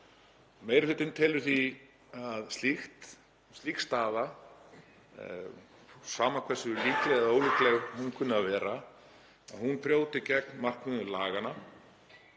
Meiri hlutinn telur að slík staða, sama hversu líkleg eða ólíkleg hún kunni að vera, brjóti gegn markmiðum laganna